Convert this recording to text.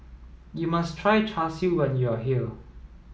you must try Char Siu when you are here